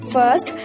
First